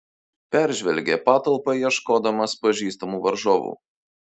peržvelgė patalpą ieškodamas pažįstamų varžovų